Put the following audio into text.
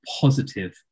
positive